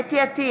חוה אתי עטייה,